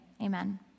Amen